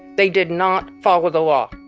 they did not follow the law